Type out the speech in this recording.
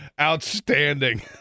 outstanding